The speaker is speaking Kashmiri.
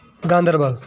گانٛدربل